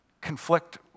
conflict